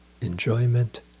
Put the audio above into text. enjoyment